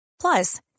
Plus